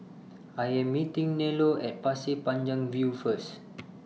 I Am meeting Nello At Pasir Panjang View First